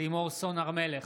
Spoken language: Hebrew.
לימור סון הר מלך,